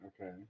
Okay